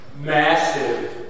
massive